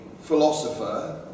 philosopher